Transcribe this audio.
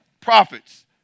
prophets